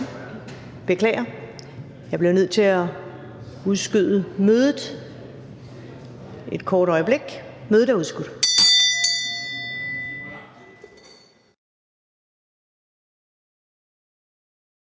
Beklager, jeg bliver nødt til at udskyde mødet et kort øjeblik. Mødet er udsat.